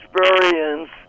experience